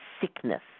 sickness